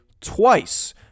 twice